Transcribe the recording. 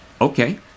okay